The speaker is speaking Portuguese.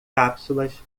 cápsulas